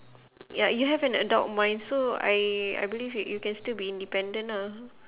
ya you have an adult mind so I I believe that you can still be independent ah